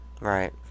right